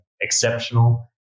exceptional